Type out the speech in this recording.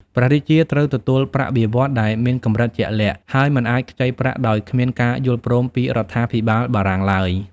ព្រះរាជាត្រូវទទួលប្រាក់បៀវត្សដែលមានកម្រិតជាក់លាក់ ហើយមិនអាចខ្ចីប្រាក់ដោយគ្មានការយល់ព្រមពីរដ្ឋាភិបាលបារាំងឡើយ។